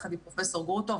ביחד עם פרופסור גרוטו,